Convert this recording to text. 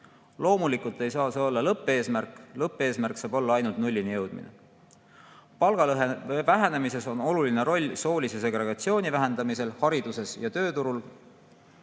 Loomulikult ei saa see olla lõppeesmärk, lõppeesmärk saab olla ainult nullini jõudmine. Palgalõhe vähenemises on oluline roll soolise segregatsiooni vähendamisel hariduses ja tööturul,